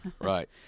Right